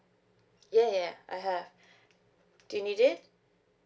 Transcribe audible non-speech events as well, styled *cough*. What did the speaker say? ya ya I have *breath* do you need it